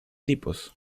tipos